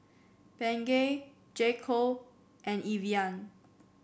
Bengay J Co and Evian